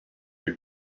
you